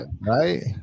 right